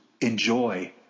enjoy